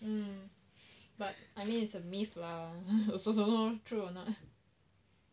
but I mean it's a myth lah also don't know true or not